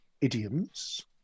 idioms